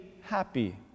happy